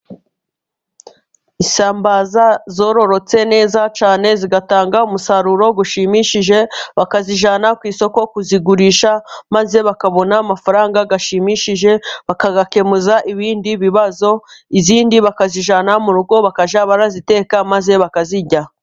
Isambaza zororotse neza cyane zigatanga umusaruro ushimishije, bakazijyana ku isoko kuzigurisha maze bakabona amafaranga ashimishije, bakayakemuza ibindi bibazo, izindi bakazijyana mu rugo bakajya baziteka maze bakazirya.